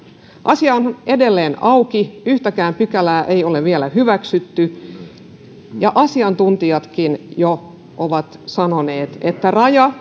asiahan on edelleen auki yhtäkään pykälää ei ole vielä hyväksytty ja asiantuntijatkin jo ovat sanoneet että raja